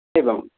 एवं